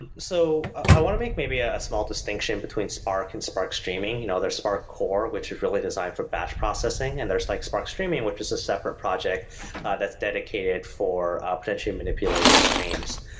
and so i want to make maybe a small distinction between spark and spark streaming. and their spark core, which is really designed for batch processing, and there's like spark streaming which is a separate project that's dedicated for ah potentially manipulating streams.